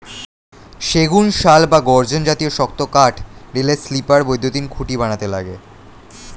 সেগুন, শাল বা গর্জন জাতীয় শক্ত কাঠ রেলের স্লিপার, বৈদ্যুতিন খুঁটি বানাতে লাগে